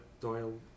Doyle